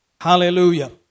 Hallelujah